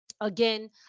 again